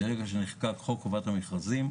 מרגע שנחקק חוק חובת המכרזים,